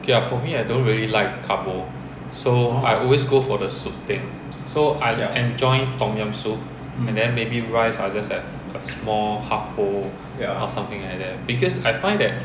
ya for me I don't really like carbo so I always go for the soup thing so I enjoy tom yum soup and then maybe rice I'll just have a small half bowl or something like that because I find that